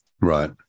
Right